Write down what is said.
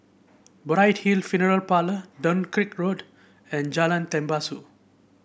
Bright Hill Funeral Parlour Dunkirk Road and Jalan Tembusu